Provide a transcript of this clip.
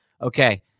Okay